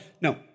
no